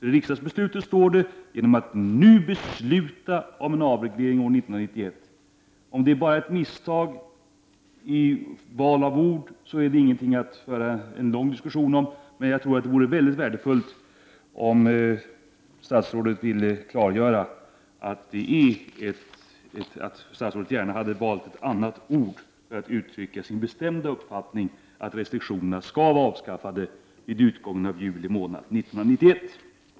I utskottets skrivning står det: ”Genom att nu besluta om en avreglering år 1991 —-.” Om detta bara är ett misstag i val av ord är det inte någonting att föra en lång diskussion om. Men jag tror att det vore mycket värdefullt om statsrådet ville klargöra att hon gärna hade valt ett annat ord för att uttrycka sin bestämda uppfattning att restriktionerna skall vara avskaffade vid utgången av juli månad år 1991.